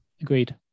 agreed